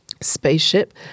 spaceship